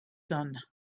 done